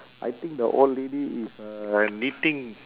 I think the old lady is uh knitting